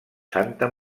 santa